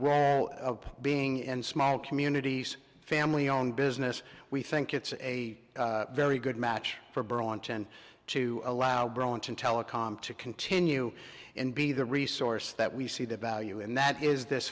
we're being in small communities family owned business we think it's a very good match for burlington to allow burlington telecom to continue and be the resource that we see the value in that is this